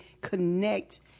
connect